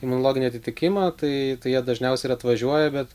imunologinį atitikimą tai jie dažniausiai ir atvažiuoja bet